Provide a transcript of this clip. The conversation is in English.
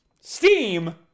Steam